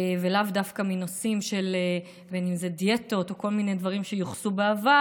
ולאו דווקא לנושאים של דיאטות או כל מיני דברים שיוחסו לזה בעבר,